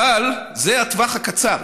אבל זה הטווח הקצר.